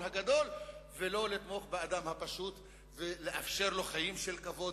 הגדול ולא לתמוך באדם הפשוט ולאפשר לו חיים של כבוד,